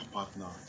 partner